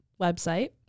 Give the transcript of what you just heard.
website